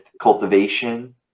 cultivation